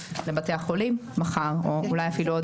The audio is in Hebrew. לבתי החולים מחר או אולי אפילו עוד היום.